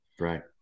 Right